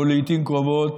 או לעיתים קרובות